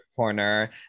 corner